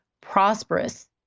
prosperous